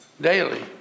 Daily